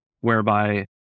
whereby